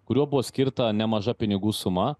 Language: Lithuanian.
kuriuo buvo skirta nemaža pinigų suma